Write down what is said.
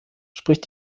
spricht